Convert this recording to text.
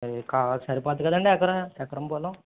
అది కావా సరిపోద్ది కదండి ఎకరం ఎకరం పొలం